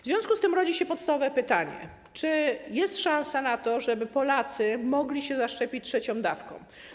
W związku z tym rodzi się podstawowe pytanie: Czy jest szansa na to, żeby Polacy mogli zaszczepić się trzecią dawką?